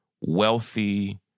wealthy